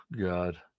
God